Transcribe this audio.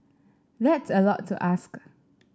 that's a lot to ask